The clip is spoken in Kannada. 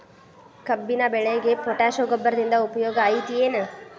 ಕಬ್ಬಿನ ಬೆಳೆಗೆ ಪೋಟ್ಯಾಶ ಗೊಬ್ಬರದಿಂದ ಉಪಯೋಗ ಐತಿ ಏನ್?